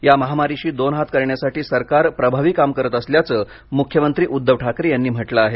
या महामारीशी दोन हात करण्यासाठी सरकार प्रभावी काम करत असल्याच मुख्यमंत्री उद्घव ठाकरे यांनी म्हटलं आहे